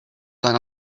gun